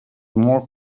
more